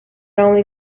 only